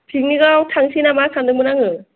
पिकनिकाव थांनोसै नामा सानदोंमोन आङो